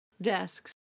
desks